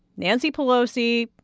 nancy pelosi,